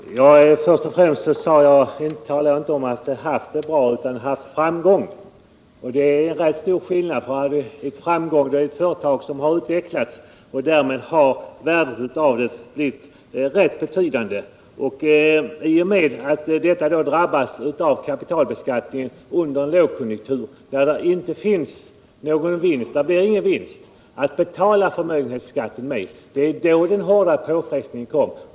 Herr talman! Först och främst, Erik Wärnberg, talade jag inte om företag som haft det bra utan om företag som haft framgång. Det är rätt stor skillnad. Att man haft framgång betyder att företaget har utvecklats och därmed har värdet av det blivit rätt betydande. I och med att man drabbas av kapitalbeskattningen under en lågkonjunktur, då det inte finns någon vinst att betala förmögenhetsskatten med, blir det en hård påfrestning.